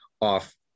off